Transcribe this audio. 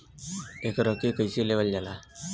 एकरके कईसे लेवल जाला?